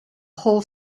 whole